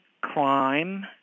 crime